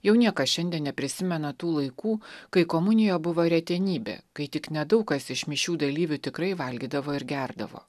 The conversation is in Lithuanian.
jau niekas šiandien neprisimena tų laikų kai komunija buvo retenybė kai tik nedaug kas iš mišių dalyvių tikrai valgydavo ir gerdavo